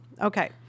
Okay